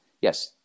yes